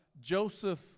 Joseph